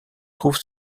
trouve